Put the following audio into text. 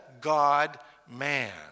God-man